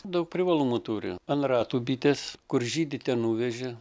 daug privalumų turi ant ratų bitės kur žydi ten nuveži